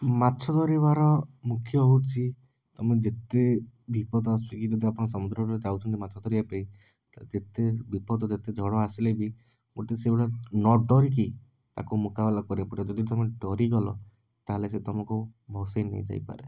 ମାଛ ଧରିବାର ମୁଖ୍ୟ ହେଉଛି ତୁମେ ଯେତେ ବିପଦ ଆସୁ ଯଦି ତୁମେ ସମୁଦ୍ରରେ ଯାଉଛନ୍ତି ମାଛ ଧରିବା ପାଇଁ ତା'ହେଲେ ଯେତେ ବିପଦ ଯେତେ ଝଡ଼ ଆସିଲେ ବି ଗୋଟେ ସେଭଳିଆ ନ ଡରିକି ତାକୁ ମୁକାବିଲା କରିବାକୁ ପଡ଼ିବ ଯଦି ତୁମେ ଡରିଗଲ ତା'ହେଲେ ସେ ତୁମକୁ ଭସେଇ ନେଇ ଯାଇପାରେ